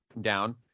down